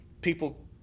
people